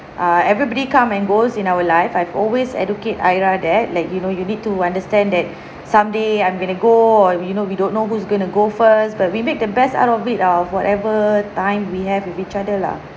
err everybody come and goes in our life I've always educate aira that like you know you need to understand that someday I'm gonna go or you know we don't know who's going to go first but we make the best out of it ah of whatever time we have with each other lah